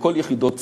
בכל יחידות צה"ל,